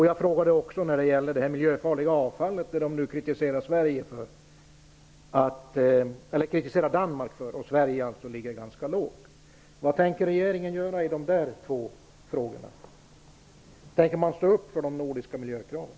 Jag frågade också om det miljöfarliga avfallet, som man kritiserat Danmark för. Sverige ligger ganska långt där. Vad tänker regeringen göra i dessa två frågor? Tänker man ställa upp på de nordiska miljökraven?